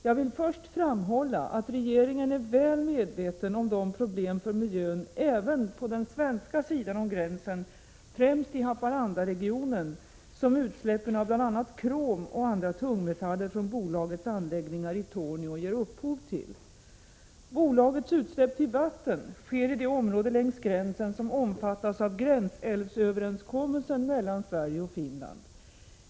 Jag vill först framhålla att regeringen är väl medveten om de problem för miljön även på den svenska sidan om gränsen — främst i Haparandaregionen—- som utsläppen av bl.a. krom och andra tungmetaller från bolagets anläggningar i Torneå ger upphov till. Bolagets utsläpp till vatten sker i det område längs gränsen som omfattas av gränsälvsöverenskommelsen mellan Sverige och Finland.